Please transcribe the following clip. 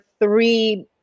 three